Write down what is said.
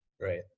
Right